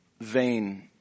vain